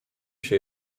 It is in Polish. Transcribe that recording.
się